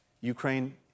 Ukraine